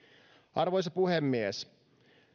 arvoisa puhemies